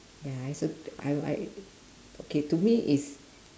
ya I also I I okay to me is